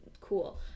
cool